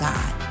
God